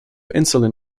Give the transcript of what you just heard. insulin